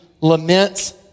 laments